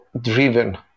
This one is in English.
driven